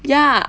ya